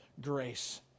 grace